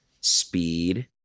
Speed